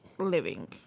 living